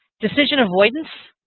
decision avoidance.